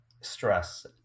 stress